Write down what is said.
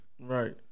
Right